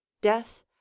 death